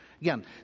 Again